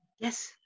Yes